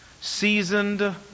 seasoned